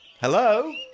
Hello